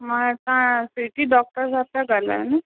मां तव्हां Sweety doctor था ॻाल्हायो न